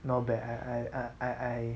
not that I I I I